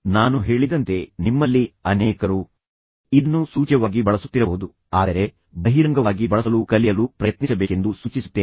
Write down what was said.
ನಾನು ಹೇಳಿದಂತೆ ನಿಮ್ಮಲ್ಲಿ ಅನೇಕರು ಇದನ್ನು ಸೂಚ್ಯವಾಗಿ ಬಳಸುತ್ತಿರಬಹುದು ಆದರೆ ಅದನ್ನು ಬಹಿರಂಗವಾಗಿ ಬಳಸಲು ಕಲಿಯಲು ನೀವು ಪ್ರಯತ್ನಿಸಬೇಕೆಂದು ನಾನು ಸೂಚಿಸುತ್ತೇನೆ